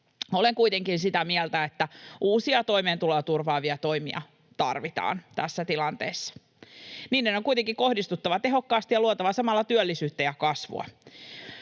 Olen kuitenkin sitä mieltä, että uusia toimeentuloa turvaavia toimia tarvitaan tässä tilanteessa. Niiden on kuitenkin kohdistuttava tehokkaasti ja luotava samalla työllisyyttä ja kasvua.